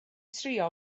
trio